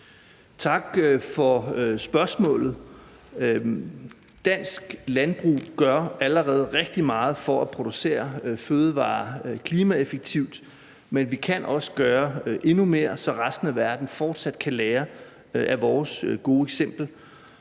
Tak for spørgsmålet. Dansk landbrug gør allerede rigtig meget for at producere fødevarer klimaeffektivt, men vi kan også gøre endnu mere, så resten af verden fortsat kan lære af vores gode eksempel.